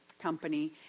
company